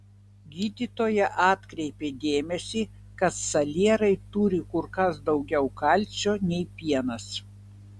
gydytoja atkreipė dėmesį kad salierai turi kur kas daugiau kalcio nei pienas